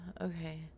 okay